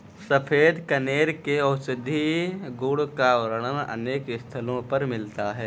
सफेद कनेर के औषधीय गुण का वर्णन अनेक स्थलों पर मिलता है